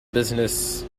business